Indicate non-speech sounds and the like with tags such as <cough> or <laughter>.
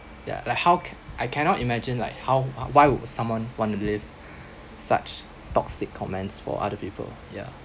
ya like how ca~ I cannot imagine like how h~ why would someone want to leave <breath> such toxic comments for other people ya